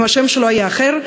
אם השם שלו היה אחר,